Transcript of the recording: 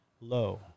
low